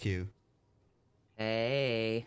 Hey